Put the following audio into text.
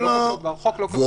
לא, לא.